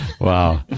wow